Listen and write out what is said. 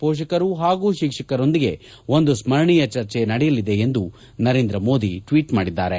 ಶೋಷಕರು ಹಾಗೂ ಶಿಕ್ಷಕರೊಂದಿಗೆ ಒಂದು ಸ್ಪರಣೀಯ ಚರ್ಚೆ ನಡೆಯಲಿದೆ ಎಂದು ನರೇಂದ್ರ ಮೋದಿ ಟ್ನೀಟ್ ಮಾಡಿದ್ದಾರೆ